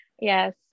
Yes